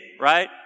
right